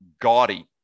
gaudy